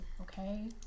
okay